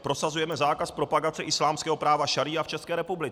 Prosazujeme zákaz propagace islámského práva šaría v České republice.